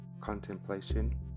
Contemplation